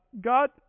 God